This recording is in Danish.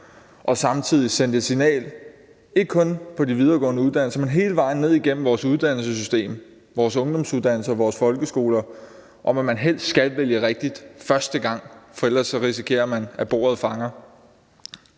og samtidig blev der sendt et signal, ikke kun på de videregående uddannelser, men hele vejen ned igennem vores uddannelsessystem, vores ungdomsuddannelser og vores folkeskoler, om, at man helst skal vælge rigtigt første gang, for ellers risikerer man, at bordet fanger.